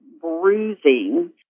bruising